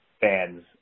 Fans